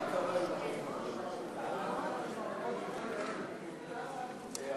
בשם שר הפנים ישיב השר